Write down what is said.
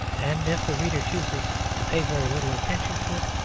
and if the reader chooses to pay very little attention to it,